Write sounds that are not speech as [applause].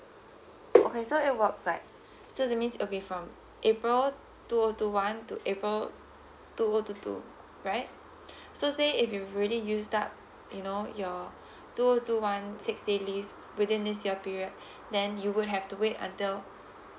okay so it works like [breath] so that means it will be from april two O two one to april two O two two right [breath] so say if you've already used up you know your [breath] two O two one six days leaves within this year period then you would have to wait until